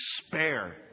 despair